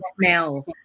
smell